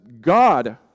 God